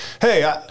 hey